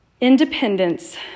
Independence